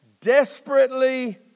desperately